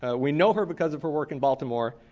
ah we know her because of her work in baltimore,